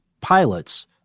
pilots